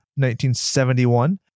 1971